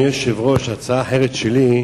אדוני היושב-ראש, ההצעה האחרת שלי היא